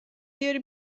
بیاری